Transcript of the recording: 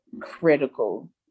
critical